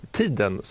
tiden